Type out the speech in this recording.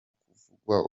kuvugwaho